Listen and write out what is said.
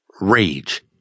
rage